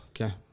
Okay